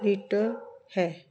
litre ਹੈ